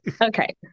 Okay